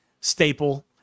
staple